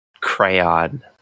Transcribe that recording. crayon